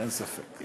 אין ספק.